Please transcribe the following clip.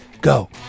go